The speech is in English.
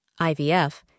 IVF